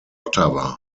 ottawa